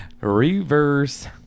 reverse